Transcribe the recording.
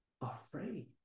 afraid